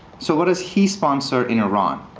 so what does he sponsor in iran?